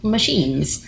Machines